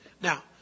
Now